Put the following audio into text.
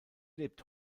lebt